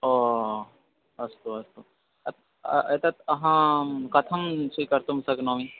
ओ अस्तु अस्तु अत्र तत् अहं कथं स्वीकर्तुं शक्नोमि